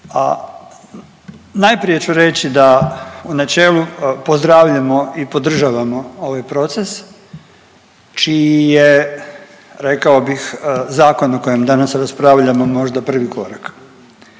A najprije ću reći da u načelu pozdravljamo i podržavamo ovaj proces čiji je rekao bih zakon o kojem danas raspravljamo možda prvi korak.